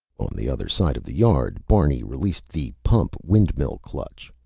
on the other side of the yard, barney released the pump windmill clutch.